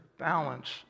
balance